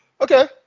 Okay